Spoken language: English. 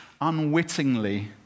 unwittingly